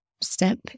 Step